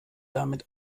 damit